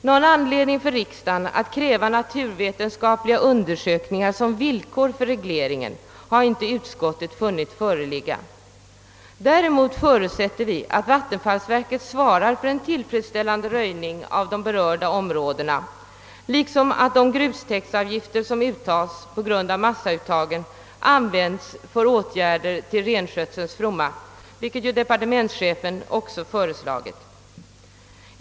Någon anledning för riksdagen att kräva naturvetenskapliga undersökningar som villkor för regleringen har utskottet inte funnit föreligga. Däremot förutsätter vi att vattenfallsverket svarar för en tillfredsställande röjning av de berörda områdena, liksom att de grustäktsavgifter som uttages på grund av massuttagen användes för åtgärder till renskötselns fromma, såsom departementschefen har föreslagit.